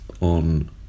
on